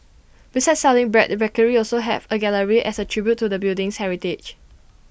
besides selling bread the bakery will also have A gallery as A tribute to the building's heritage